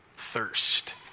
thirst